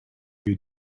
you